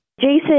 Jason